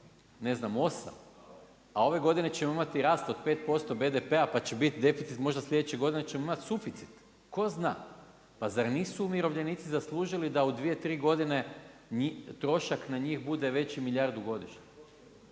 je bio 8, a ove godine ćemo imati raste od 5% BPD-a pa će biti deficit možda sljedeće godine ćemo imati suficit, tko zna. Pa zar nisu umirovljenici zaslužili da u dvije, tri godine trošak na njih bude veći milijardu godišnje.